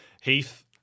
Heath